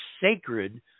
sacred